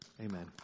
Amen